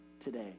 today